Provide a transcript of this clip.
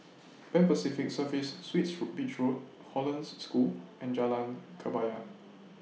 Pan Pacific Serviced Suites Who Beach Road Hollandse School and Jalan Kebaya